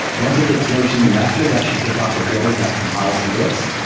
once it gets merged into master, that should kickoff a build that compiles the bits.